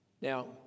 Now